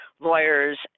lawyers